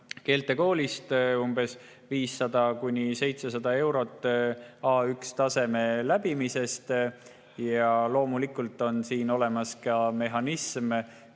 keeltekoolist umbes 500–700 eurot A1-taseme läbimise eest. Loomulikult on siin olemas ka mehhanism,